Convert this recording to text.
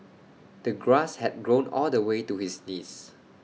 the grass had grown all the way to his knees